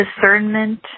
discernment